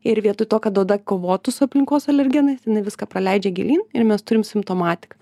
ir vietoj to kad oda kovotų su aplinkos alergenais jinai viską praleidžia gilyn ir mes turim simptomatiką